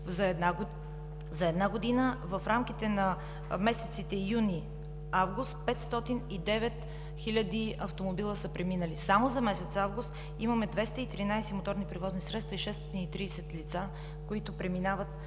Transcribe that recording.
за една година, в рамките на месеците юни – август са преминали 509 хиляди автомобила. Само за месец август имаме 213 моторни превозни средства и 630 лица, които преминават